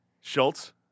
Schultz